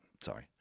sorry